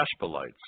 Ashbelites